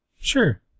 Sure